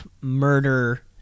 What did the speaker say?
murder